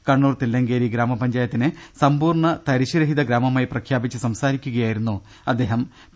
കണ്ണൂർ തില്പങ്കേരി ഗ്രാമപഞ്ചായത്തിനെ സമ്പൂർണ തരിശുരഹിത ഗ്രാമമാ യി പ്രഖ്യാപിച്ചു സംസാരിക്കുകയായിരുന്നു അദ്ദേഹ്ഹം